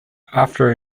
after